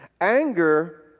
Anger